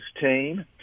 team